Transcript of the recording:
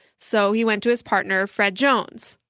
so he went to his partner, fred jones,